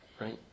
right